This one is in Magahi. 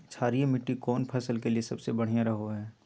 क्षारीय मिट्टी कौन फसल के लिए सबसे बढ़िया रहो हय?